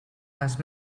les